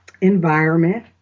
environment